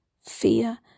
fear